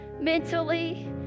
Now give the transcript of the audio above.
mentally